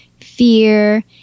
fear